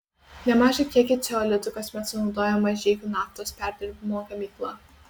nemažą kiekį ceolitų kasmet sunaudoja mažeikių naftos perdirbimo gamykla